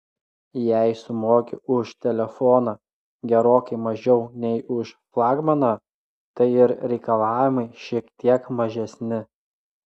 jei sumoki už telefoną gerokai mažiau nei už flagmaną tai ir reikalavimai šiek tiek mažesni